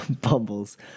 Bumbles